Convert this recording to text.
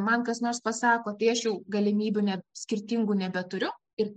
man kas nors pasako tai aš jau galimybių neb skirtingų nebeturiu ir